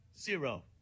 zero